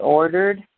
ordered